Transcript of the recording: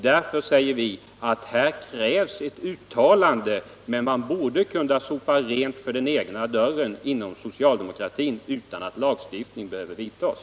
Därför säger vi att här krävs ett uttalande, men man borde inom socialdemokratin kunna sopa rent framför den egna dörren utan att lagstiftning behöver tillgripas.